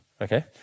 okay